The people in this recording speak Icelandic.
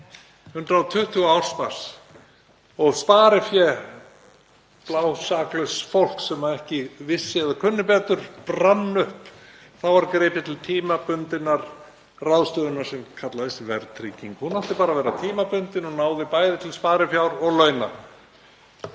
120% á ársbas, og sparifé blásaklauss fólks sem ekki vissi eða kunni betur brann upp. Þá var gripið til tímabundinnar ráðstöfunar sem kallaðist verðtrygging. Hún átti bara að vera tímabundin og náði bæði til sparifjár og launa.